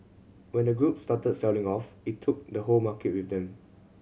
when the group started selling off it took the whole market with them